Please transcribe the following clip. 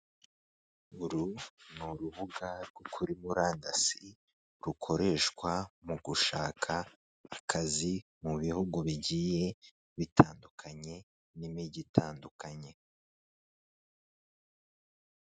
Uru ni urubuga rwo kuri murandasi rukoreshwa mu gushaka akazi mu bihugu bigiye bitandukanye n'imijyi itandukanye.